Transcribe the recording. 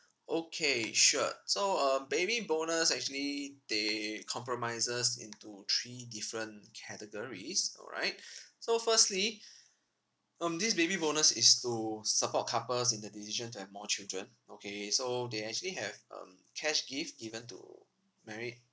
okay sure so um baby bonus actually they compromises into three different categories alright so firstly um this baby bonus is to support couples in the decision to have more children okay so they actually have um cash gift given to married